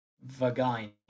Vagina